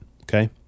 Okay